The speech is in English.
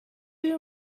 you